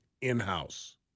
in-house